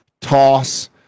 toss